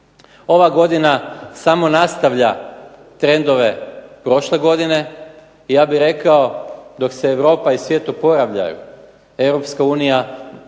Ova godina samo nastavlja trendove prošle godine. Ja bih rekao dok se Europa i svijet oporavljaju Europska unija